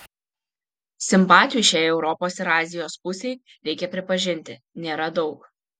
simpatijų šiai europos ir azijos pusei reikia pripažinti nėra daug